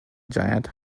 giant